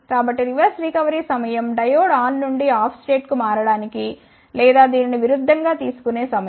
కాబట్టి reverse recovery సమయం diode on నుండి ఆఫ్ స్టేట్కు మారడానికి లేదా దీనికి విరుద్ధం గా తీసుకునే సమయం